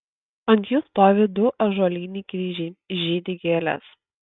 ant jų stovi du ąžuoliniai kryžiai žydi gėlės